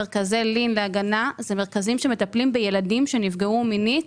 מרכזי לין שמטפלים בילדים שנפגעו מינית.